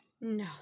No